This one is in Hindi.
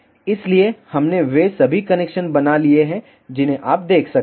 इसलिए हमने वे सभी कनेक्शन बना लिए हैं जिन्हें आप देख सकते हैं